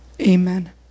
amen